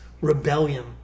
rebellion